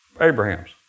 Abraham's